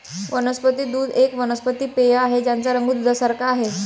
वनस्पती दूध एक वनस्पती पेय आहे ज्याचा रंग दुधासारखे आहे